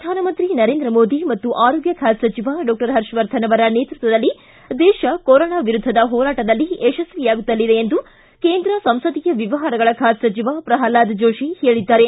ಪ್ರಧಾನಮಂತ್ರಿ ನರೇಂದ್ರ ಮೋದಿ ಮತ್ತು ಆರೋಗ್ಯ ಖಾತೆ ಸಚಿವ ಡಾಕ್ಷರ್ ಹರ್ಷವರ್ಧನ್ ಅವರ ನೇತೃತ್ವದಲ್ಲಿ ದೇಶ ಕೊರೋನಾ ವಿರುದ್ದದ ಹೋರಾಟದಲ್ಲಿ ಯಶಸ್ವಿಯಾಗುತ್ತಲಿದೆ ಎಂದು ಕೇಂದ್ರ ಸಂಸದೀಯ ವ್ಯವಹಾರಗಳ ಖಾತೆ ಸಚಿವ ಪ್ರಹ್ಲಾದ್ ಜೋಶಿ ಹೇಳಿದ್ದಾರೆ